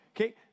Okay